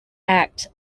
act